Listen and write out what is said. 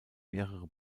mehrere